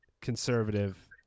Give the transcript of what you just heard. conservative